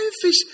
fish